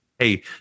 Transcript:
hey